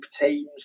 teams